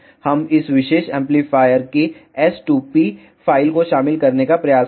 हम इस विशेष एम्पलीफायर की S2p फ़ाइल को शामिल करने का प्रयास करेंगे